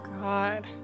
God